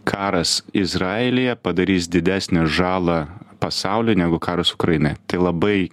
karas izraelyje padarys didesnę žalą pasauliui negu karas ukrainoje tai labai